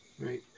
Right